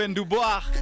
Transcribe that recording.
Dubois